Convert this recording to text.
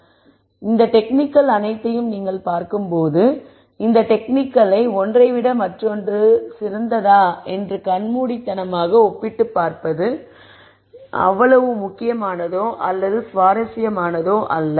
எனவே இந்த டெக்னிக்கள் அனைத்தையும் நீங்கள் பார்க்கும்போது இந்த டெக்னிக்களை ஒன்றைவிட மற்றொன்று சிறந்ததா என்று கண்மூடித்தனமாக ஒப்பிட்டுப் பார்ப்பது அவ்வளவு முக்கியமானதோ அல்லது சுவாரஸ்யமானதோ அல்ல